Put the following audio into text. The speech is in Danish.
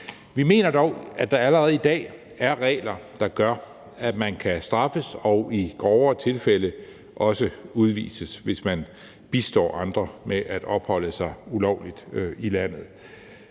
Vi mener dog, at der allerede i dag er regler, der gør, at man kan straffes og i grovere tilfælde også udvises, hvis man bistår andre med at opholde sig ulovligt i landet.